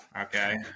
okay